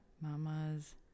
Mama's